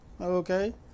Okay